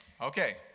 okay